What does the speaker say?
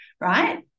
right